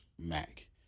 Mac